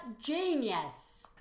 genius